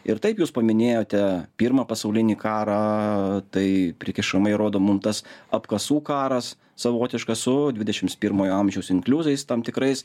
ir taip jūs paminėjote pirmą pasaulinį karą tai prikišamai rodo mum tas apkasų karas savotiškas su dvidešimts pirmojo amžiaus inkliuzais tam tikrais